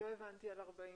פריט 40